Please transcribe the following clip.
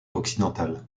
occidentale